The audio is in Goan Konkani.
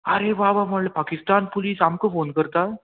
आरे बाबा म्हणलें पाकिस्तान पुलीस आमकां फोन करता